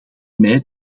mij